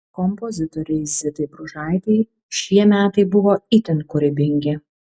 kompozitorei zitai bružaitei šie metai buvo itin kūrybingi